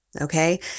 okay